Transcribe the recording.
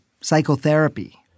psychotherapy